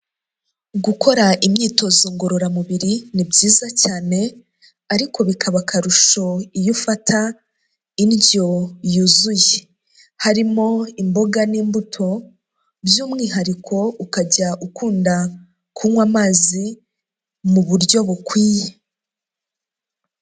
Gukora imyitozo ngororamubiri ni byiza cyane ariko bikaba akarusho iyo ufata indyo yuzuye. Harimo imboga n'imbuto by'umwihariko ukajya ukunda kunywa amazi mu buryo bukwiye.